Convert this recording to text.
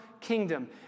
kingdom